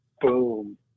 boom